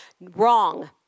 Wrong